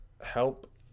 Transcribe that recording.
help